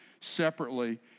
separately